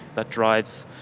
that drives